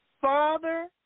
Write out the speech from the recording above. Father